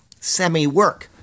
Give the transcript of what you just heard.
semi-work